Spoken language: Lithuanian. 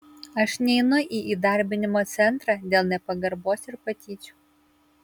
aš neinu į įdarbinimo centrą dėl nepagarbos ir patyčių